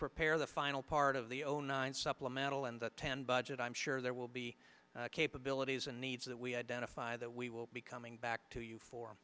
prepare the final part of the own nine supplemental and the ten budget i'm sure there will be capabilities and needs that we identify that we will be coming back to you for